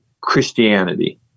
Christianity